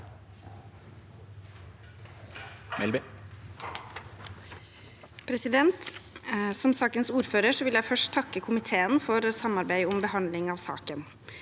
for saken): Som sakens ordfører vil jeg først takke komiteen for samarbeidet i behandlingen av saken.